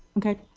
okay?